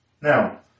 Now